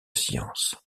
sciences